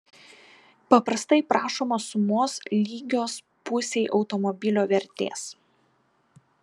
paprastai prašoma sumos lygios pusei automobilio vertės